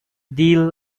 deal